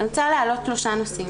אני רוצה להעלות שלושה נושאים.